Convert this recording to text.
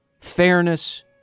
fairness